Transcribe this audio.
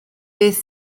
beth